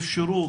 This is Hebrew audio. אפשרו,